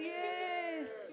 yes